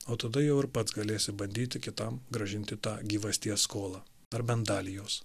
o tada jau ir pats galėsi bandyti kitam grąžinti tą gyvasties skolą ar bent dalį jos